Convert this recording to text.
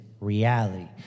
reality